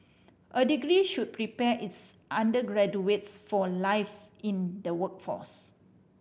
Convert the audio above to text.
a degree should prepare its undergraduates for life in the workforce